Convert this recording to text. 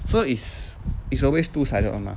so it's it's always two sided [one] mah